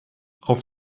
auf